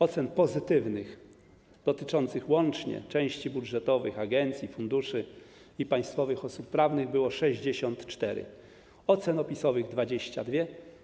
Ocen pozytywnych dotyczących łącznie części budżetowych agencji, funduszy i państwowych osób prawnych było 64, ocen opisowych - 22.